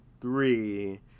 three